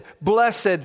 blessed